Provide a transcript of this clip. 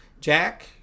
Jack